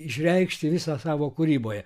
išreikšti visą savo kūryboje